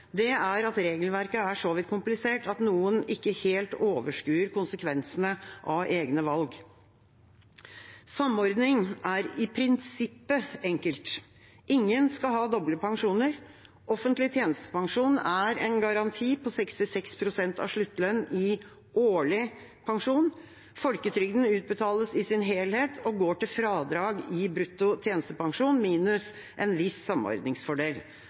er at regelverket er så komplisert at noen ikke helt overskuer konsekvensene av egne valg. Samordning er i prinsippet enkelt: Ingen skal ha doble pensjoner. Offentlig tjenestepensjon er en garanti på 66 pst. av sluttlønn i årlig pensjon. Folketrygden utbetales i sin helhet og går til fradrag i brutto tjenestepensjon, minus en viss samordningsfordel.